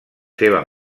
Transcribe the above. seva